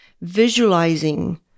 Visualizing